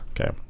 Okay